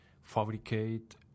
fabricate